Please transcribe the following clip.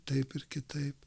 taip ir kitaip